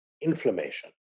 inflammation